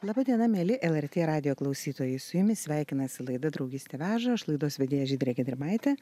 laba diena mieli lrt radijo klausytojai su jumis sveikinasi laida draugystė veža aš laidos vedėja žydrė gedrimaitė